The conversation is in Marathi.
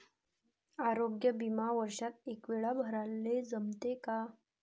आरोग्य बिमा वर्षात एकवेळा भराले जमते का?